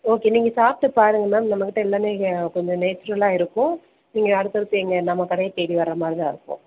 okay நீங்கள் சாப்பிட்டு பாருங்கள் மேம் நம்மக்கிட்ட எல்லாமே இங்கே கொஞ்சம் நேச்சுரலாக இருக்கும் நீங்கள் அடுத்தடுத்து எங்கள் நம்ம கடையத் தேடி வர மாதிரிதான் இருக்கும்